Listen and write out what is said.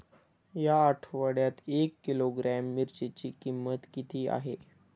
या आठवड्यात एक किलोग्रॅम मिरचीची किंमत किती आहे?